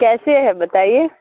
کیسے ہے بتائیے